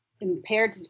impaired